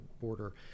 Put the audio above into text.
border